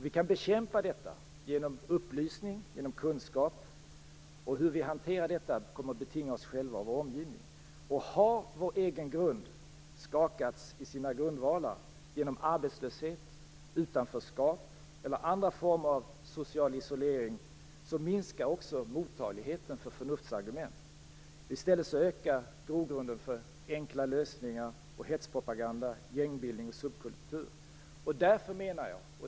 Vi kan bekämpa detta med hjälp av upplysning och kunskaper. Hur vi hanterar detta kommer att betinga oss själva och vår omgivning. Har vår egen grund skakats i sina grundvalar på grund av arbetslöshet, utanförskap eller andra former av social isolering, minskar också mottagligheten för förnuftsargument. I stället ökar grogrunden för enkla lösningar, hetspropaganda, gängbildning, subkultur.